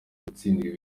gutsindira